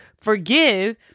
forgive